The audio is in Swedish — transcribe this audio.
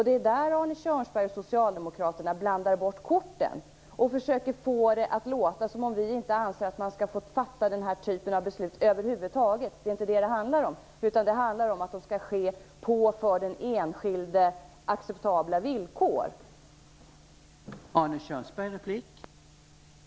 Det är där Arne Kjörnsberg och socialdemokraterna blandar bort korten och försöker få det att låta som om vi anser att man inte skall få fatta den här typen av beslut över huvud taget. Det är inte det som det handlar om. Det handlar om att det skall ske på acceptabla villkor för den enskilde.